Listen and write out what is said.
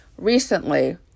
Recently